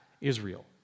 Israel